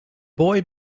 boy